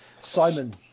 Simon